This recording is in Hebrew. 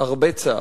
הרבה צער.